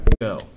go